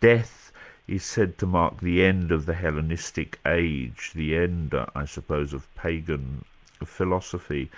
death is said to mark the end of the hellenistic age, the end i suppose, of pagan philosophy.